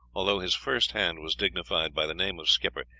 although his first hand was dignified by the name of skipper,